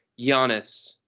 Giannis